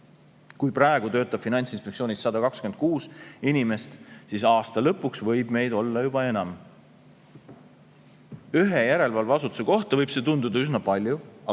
Kui praegu töötab Finantsinspektsioonis 126 inimest, siis aasta lõpuks võib meid olla juba enam. Ühe järelevalveasutuse kohta võib see tunduda üsna palju, aga